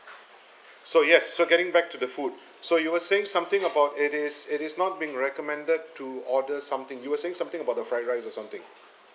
so yes so getting back to the food so you were saying something about it is it is not being recommended to order something you were saying something about the fried rice or something